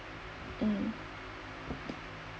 um